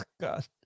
God